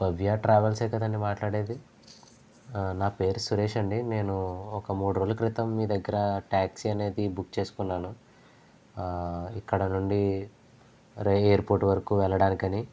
భవ్య travel ఏ కదండి మాట్లాడేది నా పేరు సురేష్ అండి నేను ఒక మూడు రోజుల క్రితం మీ దగ్గర ట్యాక్సీ అనేది బుక్ చేసుకున్నాను ఇక్కడ నుండి రై ఎయిర్పోర్ట్ వరకు వెళ్ళడానికి అని